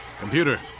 Computer